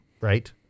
right